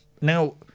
Now